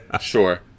sure